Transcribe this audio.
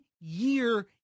year